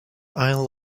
isle